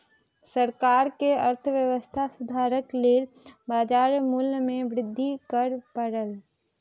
सरकार के अर्थव्यवस्था सुधारक लेल बाजार मूल्य में वृद्धि कर पड़ल